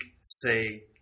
say